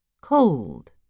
cold